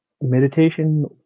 meditation